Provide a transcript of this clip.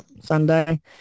Sunday